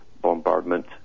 bombardment